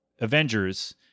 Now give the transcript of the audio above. Avengers